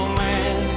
man